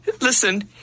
Listen